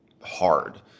hard